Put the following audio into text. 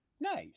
nice